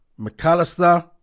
McAllister